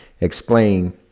explain